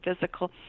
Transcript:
physical